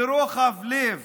לרוחב לב